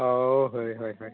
ᱦᱳᱭ ᱦᱳᱭ ᱦᱳᱭ ᱦᱳᱭ